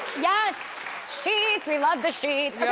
yes, sheets, we love the sheets.